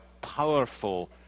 powerful